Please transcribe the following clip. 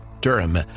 Durham